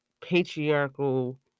patriarchal